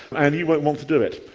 and you won't want to do it.